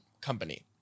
Company